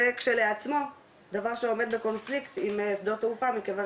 זה כשלעצמו דבר שעומד בקונפליקט עם שדות תעופה מכיוון